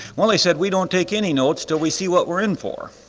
well, they said, we don't take any notes till we see what we're in for.